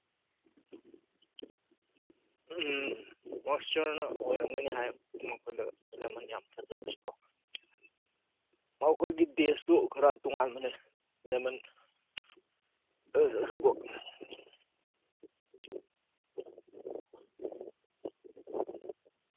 ꯎꯝ ꯃꯣꯏꯆꯔꯅ ꯑꯣꯏꯔꯝꯒꯅꯤ ꯍꯥꯏꯕ ꯃꯈꯣꯏꯗ ꯂꯦꯃꯟ ꯌꯥꯝ ꯐꯖꯕꯁꯦ ꯀꯣ ꯃꯈꯣꯏꯒꯤ ꯇꯦꯁꯇꯨ ꯈꯔ ꯇꯣꯉꯥꯟꯕꯅꯦ ꯂꯦꯃꯟ